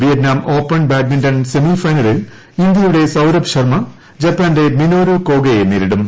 Vietnam Open badminton semi ഫൈനലിൽ ഇന്ത്യയുടെ സൌരഭ് ശർമ ജപ്പാന്റെ മിനോരു കോഗയെ നേരിടും